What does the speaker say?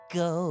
go